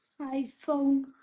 iPhone